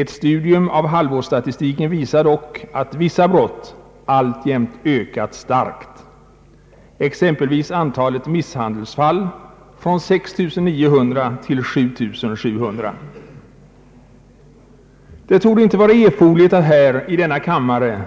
Ett studium av halvårsstatistiken visar dock att vissa brott alltjämt har ökat starkt, exempelvis antalet misshandelsfall från 6 900 till 7 700. Det torde inte vara erforderligt att här i denna kammare